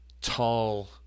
tall